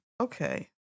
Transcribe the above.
Okay